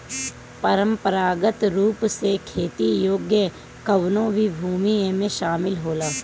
परंपरागत रूप से खेती योग्य कवनो भी भूमि एमे शामिल होला